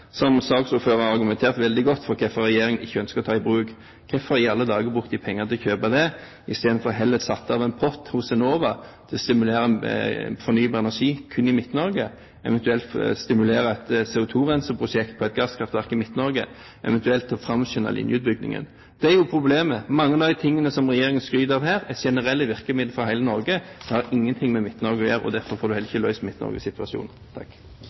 veldig godt for hvorfor regjeringen ikke ønsker å ta i bruk. Hvorfor i alle dager brukte de penger til å kjøpe det, istedenfor heller å sette av en pott hos Enova til å stimulere produksjonen av fornybar energi kun i Midt-Norge – eventuelt stimulere et CO2-renseprosjekt på et gasskraftverk i Midt-Norge, eventuelt å framskynde linjeutbyggingen? Det er jo problemet. Mange av de tingene som regjeringen skryter av her, er generelle virkemidler for hele Norge. Det har ingenting med